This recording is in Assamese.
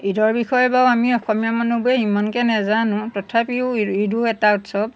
ঈদৰ বিষয়ে বাৰু আমি অসমীয়া মানুহবোৰে ইমানকৈ নেজানো তথাপিও ঈদো এটা উৎসৱ